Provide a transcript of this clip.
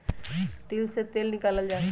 तिल से तेल निकाल्ल जाहई